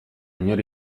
inor